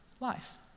life